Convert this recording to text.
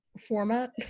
format